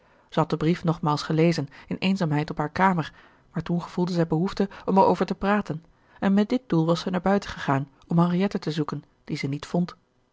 tonnette maals gelezen in eenzaamheid op hare kamer maar toen gevoelde zij behoefte om er over te praten en met dit doel was zij naar buiten gegaan om henriette te zoeken die ze niet vond